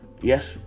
yes